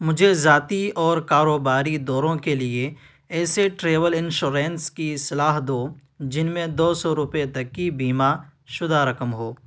مجھے ذاتی اور کاروباری دوروں کے لیے ایسے ٹریول انشورنس کی صلاح دو جن میں دو سو روپے تک کی بیمہ شدہ رقم ہو